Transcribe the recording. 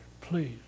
please